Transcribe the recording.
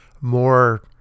more